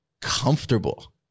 comfortable